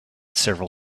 several